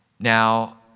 Now